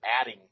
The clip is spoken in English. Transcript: adding